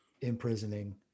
imprisoning